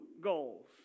goals